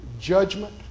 judgment